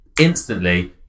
instantly